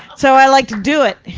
so i like to do it.